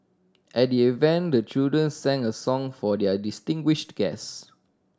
at the event the children sang a song for their distinguished guest